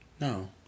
No